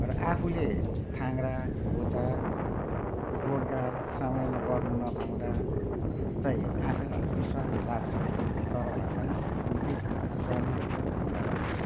र आफूले थाङ्ग्रा घोचा गोडगाड समयमा गर्नु नपाउँदा चाहिँ आफैलाई अलिक विस्वाद चाहिँ लाग्छ तर भए पनि निकै सजिलो चाहिँ मलाई लाग्छ